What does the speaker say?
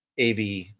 AV